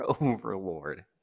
overlord